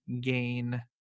gain